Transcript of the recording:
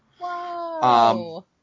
Wow